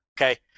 Okay